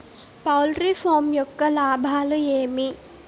poultry farm యొక్క లాభాలు ఏమి